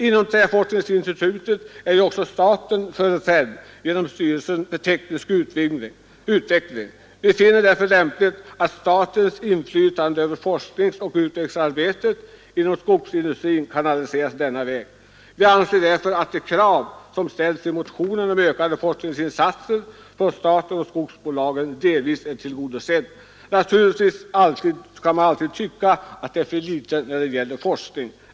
Inom Träforskningsinstitutet är staten företrädd genom styrelsen för teknisk utveckling. Vi finner det därför lämpligt att statens inflytande över forskningsoch utvecklingsarbetet inom skogsindustrin kanaliseras denna väg, varför vi anser att de krav på ökade forskningsinsatser från statens och skogsbolagens sida som framställts i motionen delvis är tillgodosedda. Naturligtvis kan man alltid tycka att det är för litet när det gäller forskning.